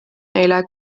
neile